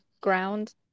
ground